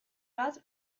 bat